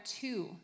two